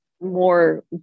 more